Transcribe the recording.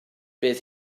bydd